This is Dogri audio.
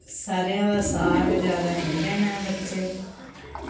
सरेआं दा साग जादै खंदे न बच्चे